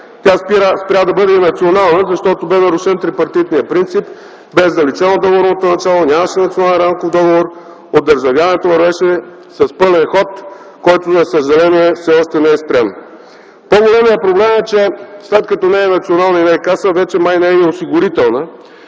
тя спря да бъде и „национална”, защото бе нарушен трипартитният принцип, бе заличено договорното начало, нямаше национален рамков договор, одържавяването вървеше с пълен ход, който, за съжаление, все още не е спрян. По-големият проблем е, че след като не е „национална” и не е „каса”, вече май не е и „осигурителна”,